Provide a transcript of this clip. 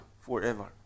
forever